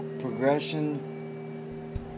progression